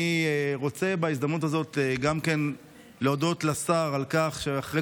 אני רוצה בהזדמנות הזאת גם להודות לשר על כך שאחרי